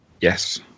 Yes